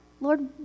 Lord